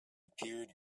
appeared